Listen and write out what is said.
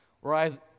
whereas